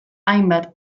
hainbat